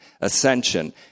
ascension